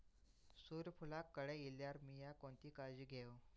सूर्यफूलाक कळे इल्यार मीया कोणती काळजी घेव?